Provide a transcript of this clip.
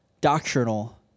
doctrinal